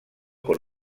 con